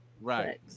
Right